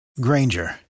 granger